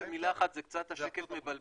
ה --- רק מילה אחת, השקף קצת מבלבל,